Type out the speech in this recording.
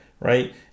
right